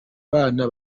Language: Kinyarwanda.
bana